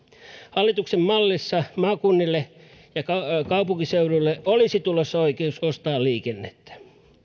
hallituksen mallissa maakunnille ja kaupunkiseuduille olisi tulossa oikeus ostaa liikennettä